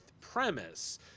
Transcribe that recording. premise